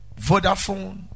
vodafone